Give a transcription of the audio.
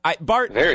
Bart